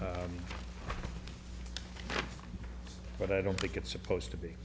this but i don't think it's supposed to be